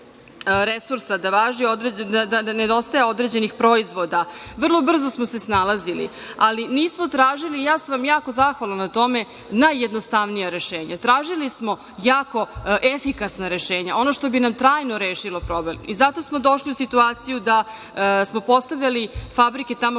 resursa, da nedostaje određenih proizvoda, vrlo brzo smo se snalazili, ali nismo tražili, ja sam vam jako zahvalna na tome, najjednostavnija rešenja. Tražili smo jako efikasna rešenja. Ono što bi nam trajno rešilo problem. Zato smo došli u situaciju da smo postavljali fabrike tamo